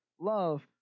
love